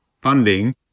funding